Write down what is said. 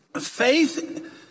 Faith